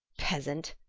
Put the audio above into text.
peasant!